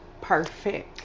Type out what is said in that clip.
Perfect